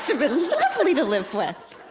so been lovely to live with.